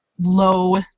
low